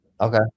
Okay